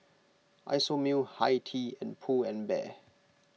Isomil Hi Tea and Pull and Bear